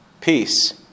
peace